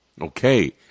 Okay